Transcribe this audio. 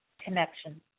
Connection